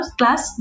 class